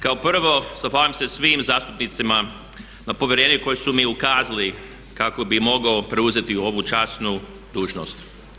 Kao prvo zahvaljujem se svim zastupnicima na povjerenju koje su mi ukazali kako bi mogao preuzeti ovu časnu dužnost.